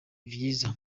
vyiza